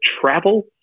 travel